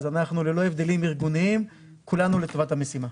אז אנחנו ללא הבדלים ארגוניים כולנו לטובת המשימה.